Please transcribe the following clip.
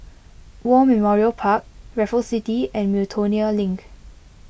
War Memorial Park Raffles City and Miltonia Link